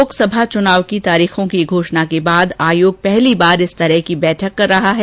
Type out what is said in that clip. लोकसभा चुनाव की तारीखों की घोषणा के बाद आयोग पहली बार इस तरह की बैठक कर रहा है